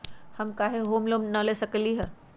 हम काहे home loan न ले सकली ह?